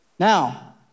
Now